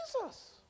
Jesus